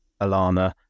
Alana